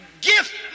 gift